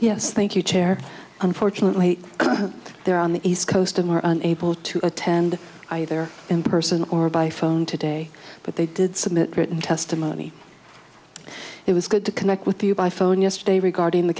yes thank you chair unfortunately they're on the east coast and were unable to attend either in person or by phone today but they did submit written testimony it was good to connect with you by phone yesterday regarding the